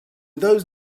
those